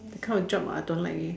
that kind of job I don't like leh